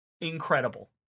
Incredible